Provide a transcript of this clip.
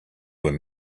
were